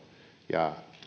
ja